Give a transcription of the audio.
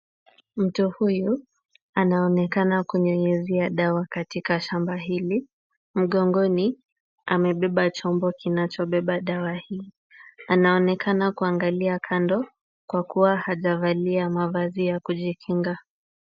Mtu huyu anaonekana kunyunyuzia dawa katika shamba hili. Mgongoni amebeba chombo kinachobeba dawa hii. Anaonekana kuangalia kando kwa kuwa hajavalia mavazi ya kujikinga.